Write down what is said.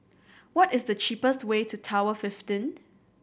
what is the cheapest way to Tower fifteen